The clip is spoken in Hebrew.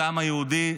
כעם היהודי,